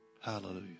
Hallelujah